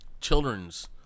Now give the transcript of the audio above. children's